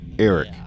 Eric